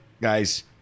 guys